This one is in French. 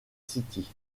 city